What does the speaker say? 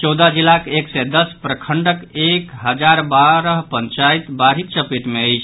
चौदह जिलाक एक सय दस प्रखंडक एक हजार बारह पंचायत बाढ़िक चपेट मे अछि